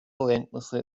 relentlessly